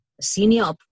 senior